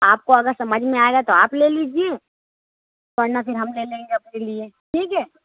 آپ کو اگر سمجھ میں آئے گا تو آپ لے لیجیے ورنہ پھر ہم لے لیں گے اپنے لیے ٹھیک ہے